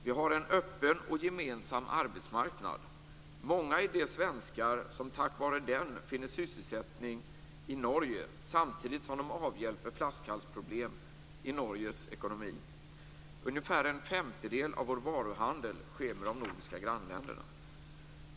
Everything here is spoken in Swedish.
Vi har en öppen och gemensam arbetsmarknad - många är de svenskar som tack vare den finner sysselsättning i Norge samtidigt som de avhjälper flaskhalsproblem i Norges ekonomi. Ungefär en femtedel av vår varuhandel sker med de nordiska grannländerna.